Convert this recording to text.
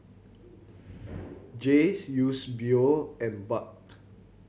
Jayce Eusebio and Buck